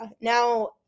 Now